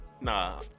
nah